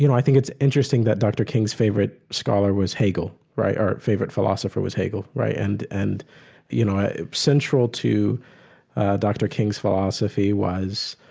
you know i think it's interesting that dr. king's favorite scholar was hegel, right? or favorite philosopher was hegel, right? and and you know central to dr. king's philosophy was